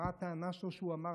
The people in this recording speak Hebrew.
מה הטענה שלו, שהוא אמר?